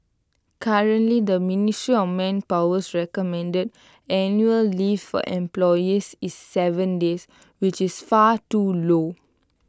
currently the ministry of Manpower's recommended annual leave for employees is Seven days which is far too low